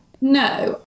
No